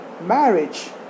Marriage